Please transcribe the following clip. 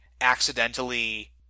accidentally